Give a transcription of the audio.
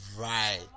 right